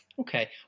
Okay